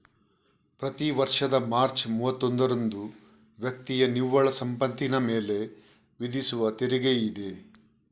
ಪ್ರತಿ ವರ್ಷದ ಮಾರ್ಚ್ ಮೂವತ್ತೊಂದರಂದು ವ್ಯಕ್ತಿಯ ನಿವ್ವಳ ಸಂಪತ್ತಿನ ಮೇಲೆ ವಿಧಿಸುವ ತೆರಿಗೆಯಿದೆ